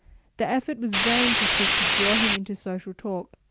the effort was vain to seek to draw him into social talk.